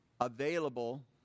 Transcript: available